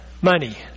money